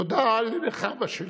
תודה לנחמה שלנו,